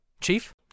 Chief